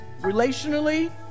relationally